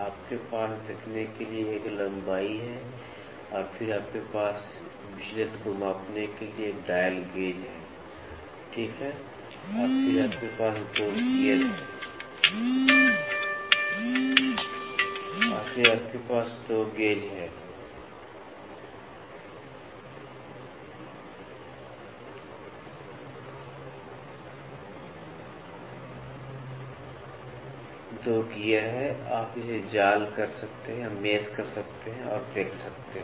आपके पास देखने के लिए एक लंबाई है और फिर आपके पास विचलन को मापने के लिए डायल गेज हैं ठीक है और फिर आपके पास 2 गीयर हैं आप इसे जाल कर सकते हैं और देख सकते हैं